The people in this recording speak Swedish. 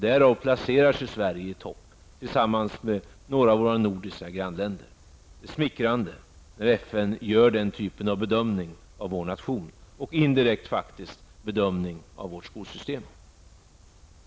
Därav följer att Sverige placerar sig i topp, tillsammans med några av våra nordiska grannländer. Det är smickrande när FN gör den typen av bedömning av vår nation, och indirekt faktiskt en bedömning av vårt skolsystem.